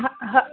हां हां